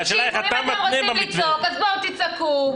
--- אם אתם רוצים לצעוק אז בואו תצעקו,